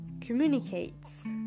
communicates